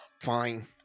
Fine